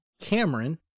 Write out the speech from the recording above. Cameron